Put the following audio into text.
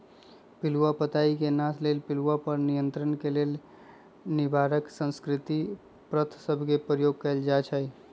पिलूआ पताई के नाश लेल पिलुआ पर नियंत्रण के लेल निवारक सांस्कृतिक प्रथा सभ के उपयोग कएल जाइ छइ